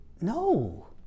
No